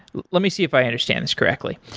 let me see if i understand this correctly.